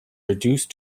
reduced